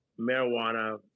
marijuana